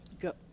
go